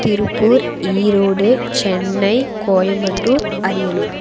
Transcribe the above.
Tiruppur Erode Chennai Coimbatore Ariyalur